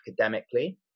academically